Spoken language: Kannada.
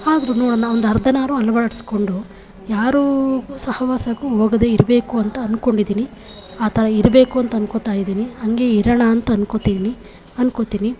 ಆದರೂ ನೋಡೋಣ ಒಂದು ಅರ್ಧನಾದರೂ ಅಳ್ವಡಿಸ್ಕೊಂಡು ಯಾರ ಸಹವಾಸಕ್ಕೂ ಹೋಗದೇ ಇರಬೇಕು ಅಂತ ಅನ್ಕೊಂಡಿದೀನಿ ಆ ಥರ ಇರಬೇಕು ಅಂತ ಅನ್ಕೊತಾಯಿದೀನಿ ಹಂಗೆ ಇರೋಣ ಅಂತ ಅನ್ಕೊತಿದೀನಿ ಅನ್ಕೊತೀನಿ